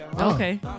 Okay